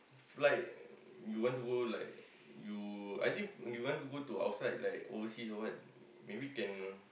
if like you want to go like you I think you want to go to outside like overseas or what maybe can